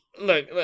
look